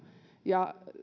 ja